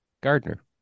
Gardner